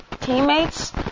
teammates